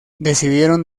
decidieron